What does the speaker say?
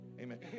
Amen